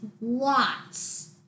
lots